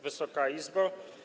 Wysoka Izbo!